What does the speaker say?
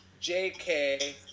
JK